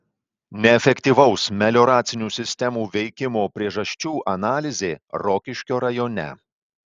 neefektyvaus melioracinių sistemų veikimo priežasčių analizė rokiškio rajone